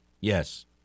Yes